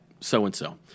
so-and-so